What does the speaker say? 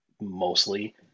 mostly